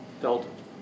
felt